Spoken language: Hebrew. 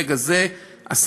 רגע, זה הסתה?